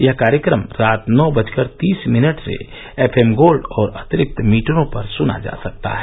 यह कार्यक्रम रात नौ बजकर तीस मिनट से एफएम गोल्ड और अतिरिक्त मीटरों पर सना जा सकता है